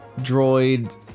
droid